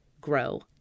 grow